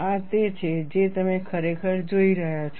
આ તે છે જે તમે ખરેખર જોઈ રહ્યા છો